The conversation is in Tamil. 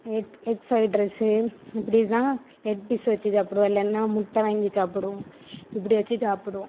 எக் எக் ஃப்ரைட் ரைஸ்ஸு இப்படி தான் லெக் பீஸ் வச்சு சாப்பிடுவோம் இல்லைன்னா முட்டை வாங்கி சாப்பிடுவோம் இப்படி வச்சு சாப்பிடுவோம்